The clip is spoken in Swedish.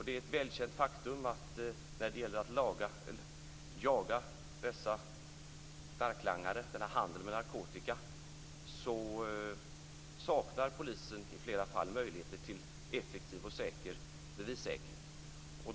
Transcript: Det är ett välkänt faktum att när det gäller att jaga dessa knarklangare i handeln med narkotika så saknar polisen i flera fall möjligheter till effektiv och säker bevissäkring.